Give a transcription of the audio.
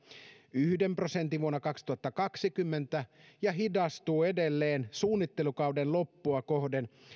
yhden prosentin vuonna kaksituhattakaksikymmentä ja hidastuu edelleen suunnittelukauden loppua kohden